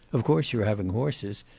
of course you're having horses.